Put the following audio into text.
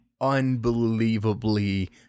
Unbelievably